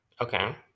okay